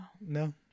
No